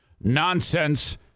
nonsense